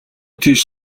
тийш